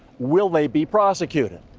will they be prosecuted?